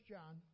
John